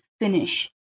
finish